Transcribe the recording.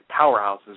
powerhouses